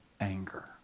anger